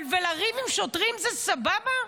אבל לריב עם שוטרים זה סבבה?